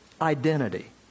identity